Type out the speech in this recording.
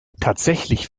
tatsächlich